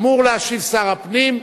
אמור להשיב שר הפנים.